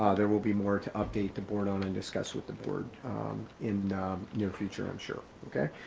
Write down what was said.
ah there will be more to update the board on and discuss with the board in your future, i'm sure. okay,